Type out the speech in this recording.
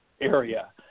area